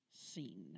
scene